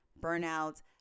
burnout